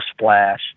splash